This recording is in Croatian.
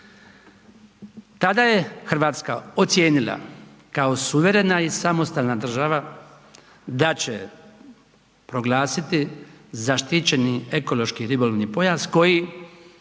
Tada je Hrvatska ocijenila kao suverena i samostalna država da će proglasiti zaštićeni ekološki ribolovni pojas koji